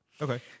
Okay